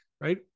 Right